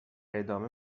ادامه